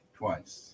twice